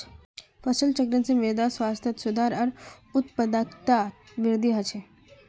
फसल चक्रण से मृदा स्वास्थ्यत सुधार आर उत्पादकतात वृद्धि ह छे